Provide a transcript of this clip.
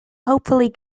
hopefully